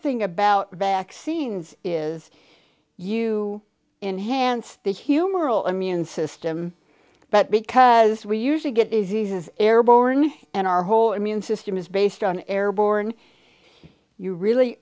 thing about vaccines is you enhanced the humoral immune system but because we usually get izzy's is airborne and our whole immune system is based on airborne you really